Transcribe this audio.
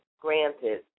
granted